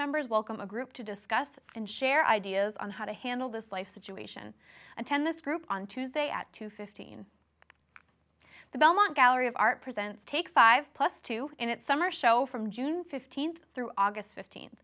members welcome a group to discuss and share ideas on how to handle this life situation attend this group on tuesday at two fifteen the belmont gallery of art presents take five plus two in its summer show from june fifteenth through august fifteenth